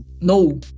no